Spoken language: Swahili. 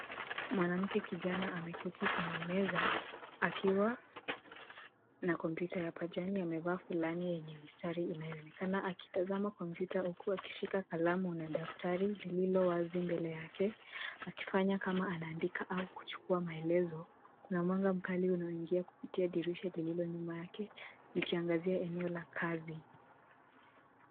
Mwanamke kijana ameketi kwenye meza akiwa na kompyuta ya pajani. Amevaa fulani yenye mistari inayoonekana akitazama kompyuta huku akishika kalamu na daftari lililo wazi mbele yake akifanya kama anaandika au kuchukua maelezo. Kuna mwanga mkali unaoingia kupitia dirisha lililo nyuma yake likiangazia eneo la kazi.